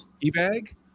E-Bag